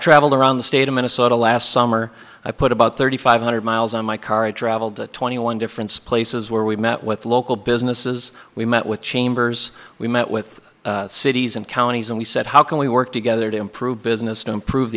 traveled around the state of minnesota last summer i put about thirty five hundred miles on my car i traveled to twenty one difference places where we met with local businesses we met with chambers we met with cities and counties and we said how can we work together to improve business to improve